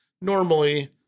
normally